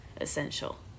essential